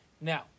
Now